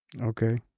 okay